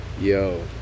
Yo